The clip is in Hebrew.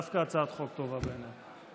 דווקא הצעת חוק טובה, בעיניי.